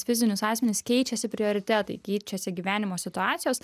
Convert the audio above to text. fizinius asmenis keičiasi prioritetai keičiasi gyvenimo situacijos